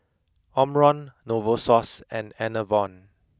Omron Novosource and Enervon